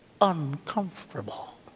uncomfortable